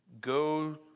Go